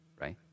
right